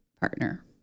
partner